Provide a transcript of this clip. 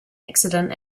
accident